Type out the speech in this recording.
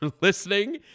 listening